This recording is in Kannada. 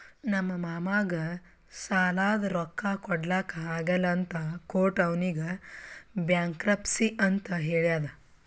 ನಮ್ ಮಾಮಾಗ್ ಸಾಲಾದ್ ರೊಕ್ಕಾ ಕೊಡ್ಲಾಕ್ ಆಗಲ್ಲ ಅಂತ ಕೋರ್ಟ್ ಅವ್ನಿಗ್ ಬ್ಯಾಂಕ್ರಪ್ಸಿ ಅಂತ್ ಹೇಳ್ಯಾದ್